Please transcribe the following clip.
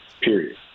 Period